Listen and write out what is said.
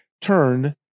turn